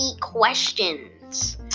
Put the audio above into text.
questions